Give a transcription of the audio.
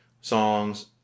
songs